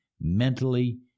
mentally